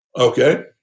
Okay